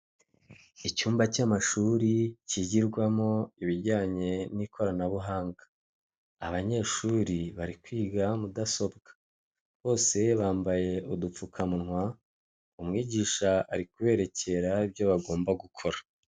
Imodoka yu'mweru iri mu muhanda wumukara ifite amapine y'umukara, iri mu mabara yu'mweru ndetse harimo n'mabara y'umuhondo, iruhande rwayo hari ipikipiki itwaye umuntu umwe wambaye agakote k'umuhondo ndetse n'ubururu, ipantaro y'umweru ndetse numupira w'mweru n'undi wambaye umupira wumukara ipantaro y'umuhondo werurutse n'ingofero y'ubururu ahetse n'igikapu cy'umukara.